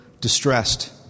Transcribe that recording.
distressed